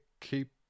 keep